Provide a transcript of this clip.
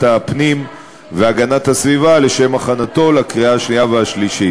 הפנים והגנת הסביבה לשם הכנתו לקריאה השנייה והשלישית.